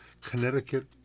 Connecticut